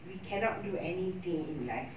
we cannot do anything in life